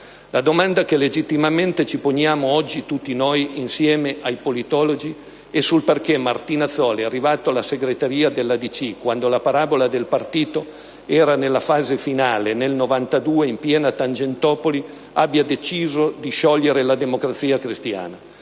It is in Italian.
La domanda che legittimamente ci poniamo oggi tutti noi, insieme ai politologi, è sul perché Martinazzoli, arrivato alla segreteria della DC quando la parabola del partito era nella fase finale, nel 1992, in piena Tangentopoli, abbia deciso di sciogliere la Democrazia Cristiana.